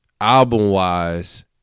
album-wise